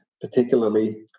particularly